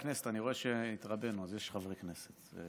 חברי הכנסת, אני רואה שהתרבינו, יש חברי כנסת.